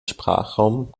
sprachraum